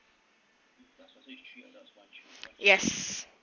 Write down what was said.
yes